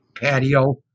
patio